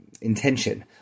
Intention